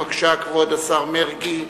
בבקשה, כבוד השר מרגי.